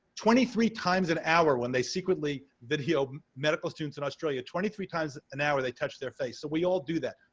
twenty three times an hour when they secretly videoed medical students in australia, twenty three times an hour they touched their face. we all do that.